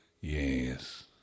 Yes